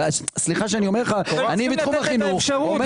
אני בתחום החינוך.